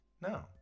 No